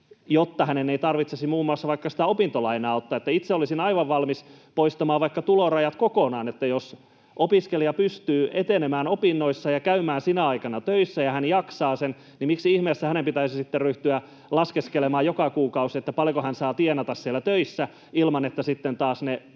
jotta hänen ei tarvitsisi muun muassa vaikka sitä opintolainaa ottaa. Itse olisin aivan valmis poistamaan vaikka tulorajat kokonaan. Jos opiskelija pystyy etenemään opinnoissa ja käymään sinä aikana töissä ja hän jaksaa sen, niin miksi ihmeessä hänen pitäisi sitten ryhtyä laskeskelemaan joka kuukausi, paljonko hän saa tienata siellä töissä ilman, että sitten taas ne tuet